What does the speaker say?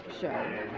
show